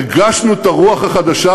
הרגשנו את הרוח החדשה,